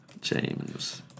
James